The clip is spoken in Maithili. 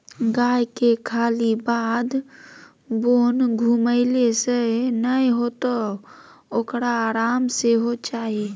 गायके खाली बाध बोन घुमेले सँ नै हेतौ ओकरा आराम सेहो चाही